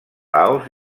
laos